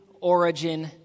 origin